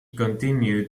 continued